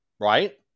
right